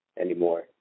anymore